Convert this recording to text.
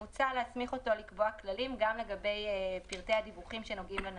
כי מצד אחד אנחנו מתקדמים בקצב מסוים עם הרציונל של התחרות,